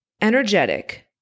energetic